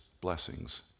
blessings